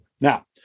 Now